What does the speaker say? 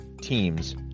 teams